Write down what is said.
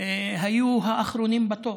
היו האחרונים בתור.